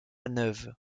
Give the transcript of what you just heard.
neuve